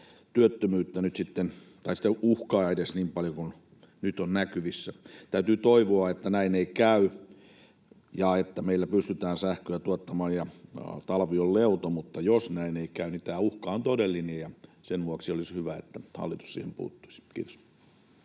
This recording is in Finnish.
työttömyyttä tai edes sitä uhkaa niin paljon kuin nyt on näkyvissä. Täytyy toivoa, että näin ei käy ja että meillä pystytään sähköä tuottamaan ja talvi on leuto, mutta jos näin käy, niin tämä uhka on todellinen, ja sen vuoksi olisi hyvä, että hallitus siihen puuttuisi. — Kiitos.